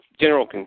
general